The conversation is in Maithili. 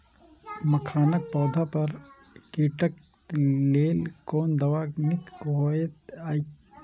मखानक पौधा पर कीटक लेल कोन दवा निक होयत अछि?